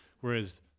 Whereas